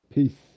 Peace